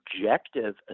objective